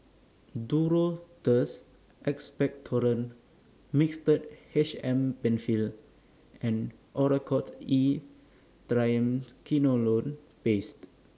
Duro Tuss Expectorant Mixtard H M PenFill and Oracort E Triamcinolone Paste